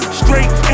straight